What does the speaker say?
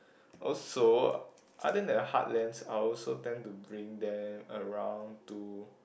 also other than Heartlands I also tend to bring them around to